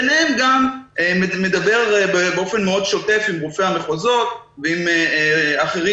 ביניהם גם אני מדבר באופן מאוד שוטף עם רופאי המחוזות ועם אחרים,